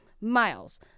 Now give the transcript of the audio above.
Miles